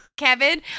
Kevin